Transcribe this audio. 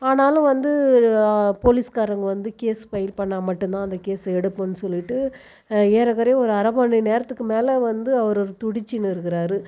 ஆனாலும் வந்து போலீஸ்காரங்க வந்து கேஸ் ஃபைல் பண்ணால் மட்டும் தான் அந்த கேஸ் எடுப்போன்னு சொல்லிகிட்டு ஏறக்குறைய ஒரு அரை மணி நேரத்துக்கு மேலே வந்து அவரு துடிச்சின்னு இருக்குகிறாரு